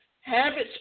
habits